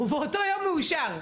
הוא באותו יום מאושר,